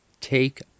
Take